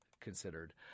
considered